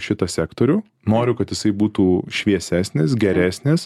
šitą sektorių noriu kad jisai būtų šviesesnis geresnis